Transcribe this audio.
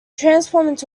transformed